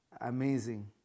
Amazing